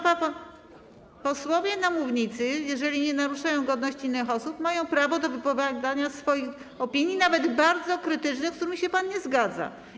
Posłowie na mównicy, jeżeli nie naruszają godności innych osób, mają prawo do wypowiadania swoich opinii, nawet bardzo krytycznych, z którymi się pan nie zgadza.